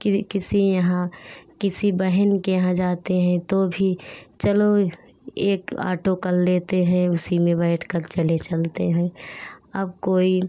किर किसी यहाँ किसी बहन के यहाँ जाते हैं तो भी चलो एक आटो कर लेते हैं उसी में बैठकर चले चलते हैं अब कोई